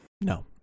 No